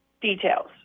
details